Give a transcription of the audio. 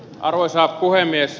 arvoisa puhemies